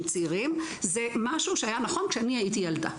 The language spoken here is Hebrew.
צעירים זה משהו שהיה נכון כשאני הייתי ילדה.